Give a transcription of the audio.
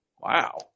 Wow